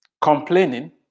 complaining